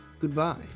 Goodbye